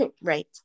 Right